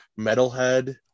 Metalhead